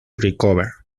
recover